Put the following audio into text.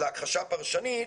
אלא הכחשה פרשנית.